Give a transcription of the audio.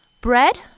Bread